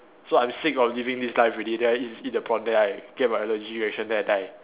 so I'm sick of living this life already then I just eat the prawn then I get my allergy reaction then I die